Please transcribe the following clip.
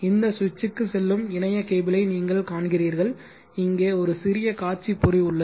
இந்த சுவிட்சுக்குச் செல்லும் இணைய கேபிளை நீங்கள் காண்கிறீர்கள் இங்கே ஒரு சிறிய காட்சிப் பொறி உள்ளது